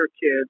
kids